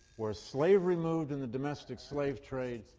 where slavery moved in the domestic slave trade,